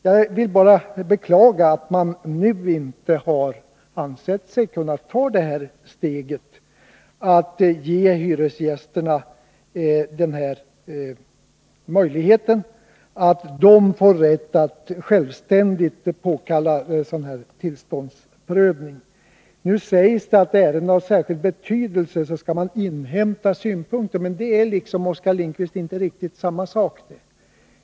Jag beklagar bara att man nu inte anser sig kunna ta det här steget, att ge hyresgästerna rätt att självständigt påkalla en tillståndsprövning. Det sägs att i ärenden av särskild betydelse skall man inhämta synpunkter. Men det är, Oskar Lindkvist, inte riktigt samma sak.